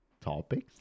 topics